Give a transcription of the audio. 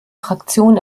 fraktion